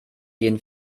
jeden